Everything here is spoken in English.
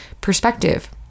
perspective